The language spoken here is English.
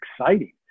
exciting